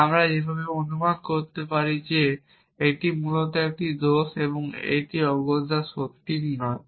বা আমরা যেভাবে অনুমান করতে পারি যে এটি মূলত একটি দোষ এবং এগুলি অগত্যা সঠিক নয়